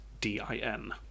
D-I-N